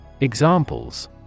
Examples